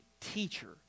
teacher